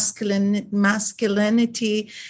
masculinity